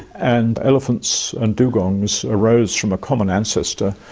and elephants and dugongs arose from a common ancestor,